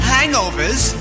Hangovers